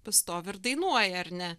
pastovi ir dainuoji ar ne